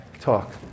talk